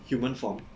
human form